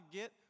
get